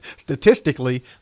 statistically